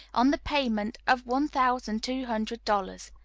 on the payment of one thousand two hundred dollars.